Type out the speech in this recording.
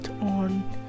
on